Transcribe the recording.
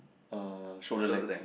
uh shoulder length